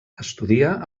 estudia